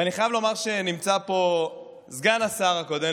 ואני חייב לומר שנמצא פה סגן השר הקודם